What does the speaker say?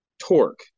torque